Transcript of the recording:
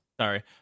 sorry